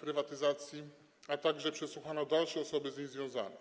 prywatyzacji, a także przesłuchano osoby z tym związane.